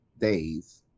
days